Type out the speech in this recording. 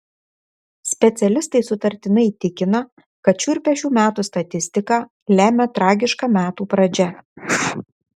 specialistai sutartinai tikina kad šiurpią šių metų statistiką lemia tragiška metų pradžia